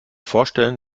vorstellen